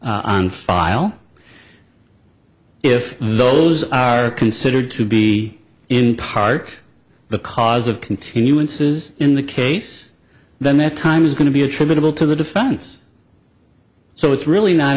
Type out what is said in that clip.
on file if those are considered to be in part the cause of continuances in the case then their time is going to be attributable to the defense so it's really not